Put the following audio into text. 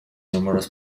numerous